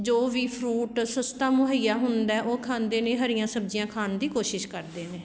ਜੋ ਵੀ ਫਰੂਟ ਸਸਤਾ ਮੁਹੱਈਆ ਹੁੰਦਾ ਉਹ ਖਾਂਦੇ ਨੇ ਹਰੀਆਂ ਸਬਜ਼ੀਆਂ ਖਾਣ ਦੀ ਕੋਸ਼ਿਸ਼ ਕਰਦੇ ਨੇ